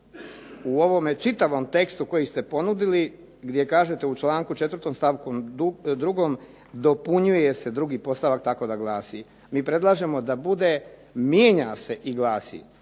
u ovom čitavom tekstu koji se ponudili gdje kažete u članku 4. stavku 2. "dopunjuje se drugi podstavak tako da glasi". Mi predlažemo da bude "mijenja se i glasi".